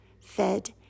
fed